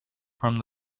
from